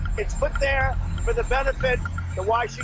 it's put there for the benefit